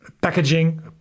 Packaging